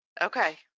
Okay